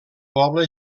poble